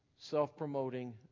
self-promoting